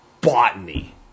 Botany